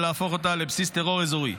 ולהפוך אותה לבסיס טרור אזורי,